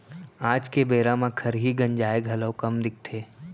आज के बेरा म खरही गंजाय घलौ कम दिखथे